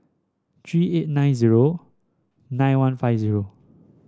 three eight nine zero nine one five zero